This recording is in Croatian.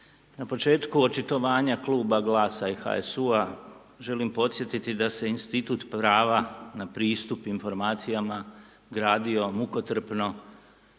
na početku očitovanja Kluba GLAS-a i HSU-a želim podsjetiti da se institut prava na pristup informacijama gradio mukotrpno